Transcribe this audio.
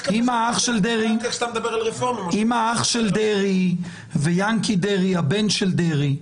אם האח של דרעי וינקי דרעי, הבן של דרעי,